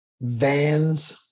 Vans